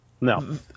No